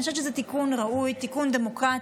אני חושבת שזה תיקון ראוי, תיקון דמוקרטי.